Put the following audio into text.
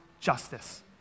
justice